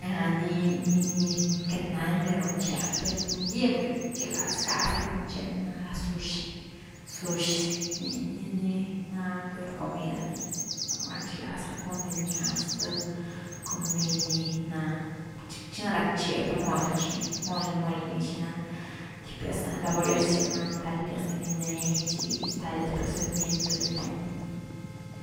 Ni-ni queity nandia runche, per gundie packa rcaza gunche ni ná ra sushi-sushi nii ni na th comida ni rchigala, cun ni na sth comi ni ná, xina rackche pa moly chi moly-moly gi xina, tipias nani laboriosias na stalias ni rineen chi stalias procedimiento rineen.